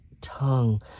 tongue